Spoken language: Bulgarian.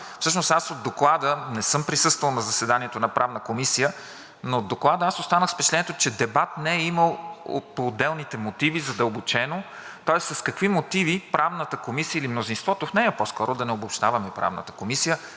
гласуване и дебат – не съм присъствал на заседанието на Правна комисия, но от Доклада останах с впечатлението, че дебат не е имало по отделните мотиви задълбочено, тоест с какви мотиви Правната комисия, или мнозинството в нея по-скоро, да не обобщаваме Правната комисия,